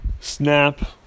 snap